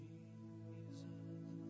Jesus